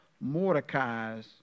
Mordecai's